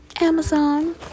Amazon